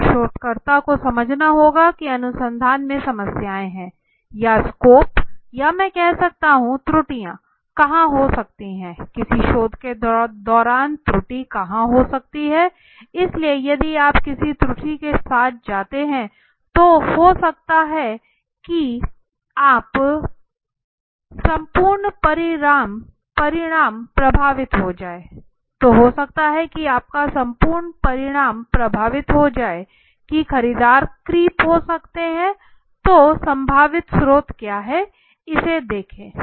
एक शोधकर्ता को समझना होगा कि अनुसंधान में समस्याएं है या स्कोप या मैं कह सकता हूँ त्रुटियों कहाँ हो सकती है किसी शोध के दौरान त्रुटि कहाँ हो सकती है इसलिए यदि आप किसी त्रुटि के साथ जाते हैं तो हो सकता है कि संपूर्ण परिणाम प्रभावित हो जाए कि खरीदार क्रीप हो सकते हैं तो संभावित स्रोत क्या है इसे देखें